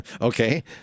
Okay